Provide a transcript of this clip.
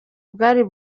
bwari